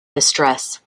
distress